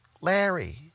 Larry